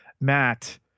matt